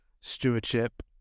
stewardship